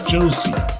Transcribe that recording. Josie